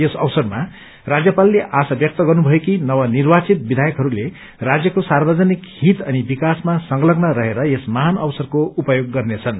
यस अवसरमा राज्यपालले आश्रा व्यक्त गर्नुभयो कि नवनिर्वाचित विधायकहरूले राज्यको सार्वजनिक हित अनि विकासमा संलग्न रहेर यस महान अवसरको उपयोग गर्नेछन्